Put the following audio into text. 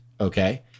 okay